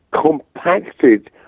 compacted